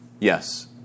Yes